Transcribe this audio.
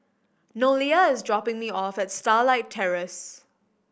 Nolia is dropping me off at Starlight Terrace